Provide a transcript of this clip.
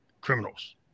criminals